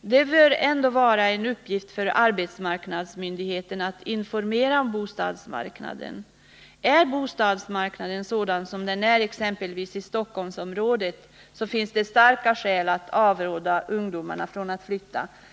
Det bör emellertid vara en uppgift för arbetsmarknadsmyndigheten att informera om bostadsmarknaden. Är bostadsmarknaden sådan som den är i exempelvis Stockholmsområdet finns det starka skäl att avråda ungdomar från att flytta.